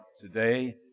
today